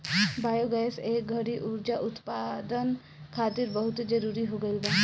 biogas ए घड़ी उर्जा उत्पदान खातिर बहुते जरुरी हो गईल बावे